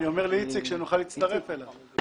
אני אומר לאיציק שנוכל להצטרף אליו.